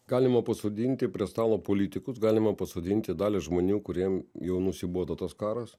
galima pasodinti prie stalo politikus galima pasodinti dalį žmonių kuriem jau nusibodo tas karas